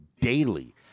daily